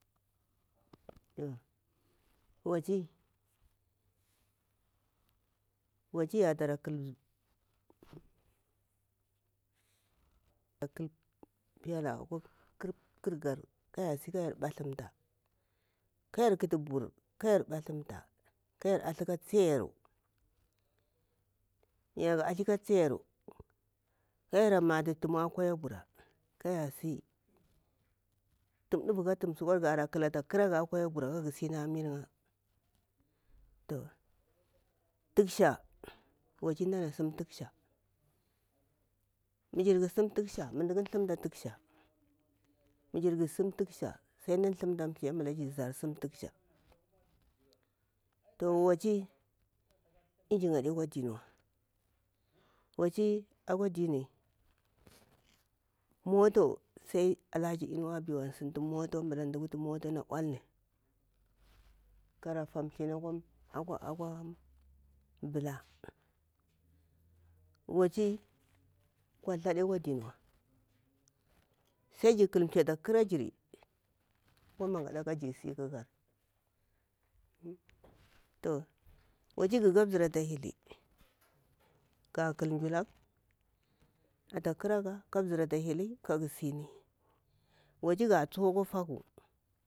Wachi lambatu ade kwa dimwa waci yatara ƙal pela akwa ƙar gar ka yar ɓathamta kauar ƙatu bur kayar ɓathamta ka yar atha ka tsiyayaru kayar ra matu tuma aha kwaya bura tum dwa ka sukwa ga kila ata kharaga daga kwaya bura tuksha wace mdana sim tuksha mijir ƙasum tuksh sai mda thumta thi amshara waci myi adekwa dimiwa waci moto sai alhaji inuwa aha bul an sintu mota antu mda wutu mota tara fa thi akwa bula, waci kwatha ade kwa diniwa sai jir ƙal thi ata ƙarajir akwa mangaɗa kajir siƙakari waci gaka zimƙar ta hilaga ga ƙalsulang ata ƙaraga karasi waci ga tsuhu akwa faku.